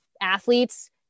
athletes